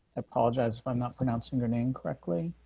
apologize if i'm not pronouncing your name correctly.